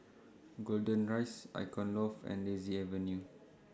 Golden Rise Icon Loft and Daisy Avenue